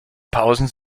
pausen